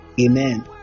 Amen